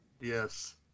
Yes